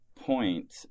point